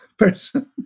person